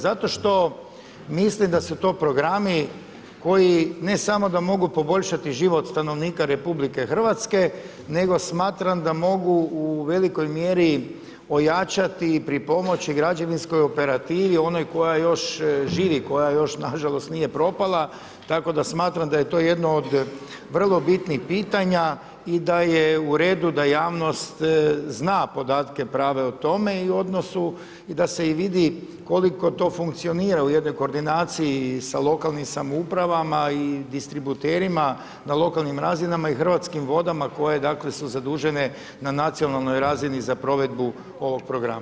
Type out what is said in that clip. Zato što mislim da su to programi, koji ne samo da mogu poboljšati život RH, nego smatram da mogu u velikoj mjeri, ojačati i pripomoći građevinskoj operativi, onoj koja još živi, koja još nažalost, nije propala, tako da smatram da je to jedno od vrlo bitnih pitanja i da je u redu, da javnost zna podatke prave o tome i u odnosu, da se vidi, koliko to funkcionira u jednoj koordinaciji sa lokalnim samoupravama i distributerima na lokalnim razinama i hrvatskim vodama, koje su zadužene, na nacionalnoj razini za provedbu ovog programa.